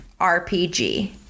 RPG